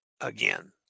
again